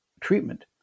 treatment